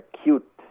acute